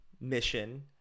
mission